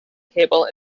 cable